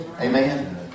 Amen